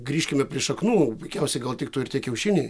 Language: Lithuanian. grįžkime prie šaknų puikiausiai gal tiktų ir tie kiaušiniai